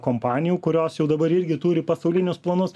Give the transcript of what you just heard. kompanijų kurios jau dabar irgi turi pasaulinius planus